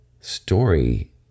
story